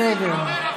בסדר.